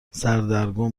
سردرگم